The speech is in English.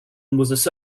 was